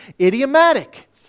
idiomatic